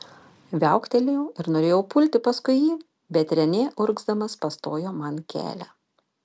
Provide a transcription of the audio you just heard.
viauktelėjau ir norėjau pulti paskui jį bet renė urgzdamas pastojo man kelią